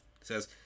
says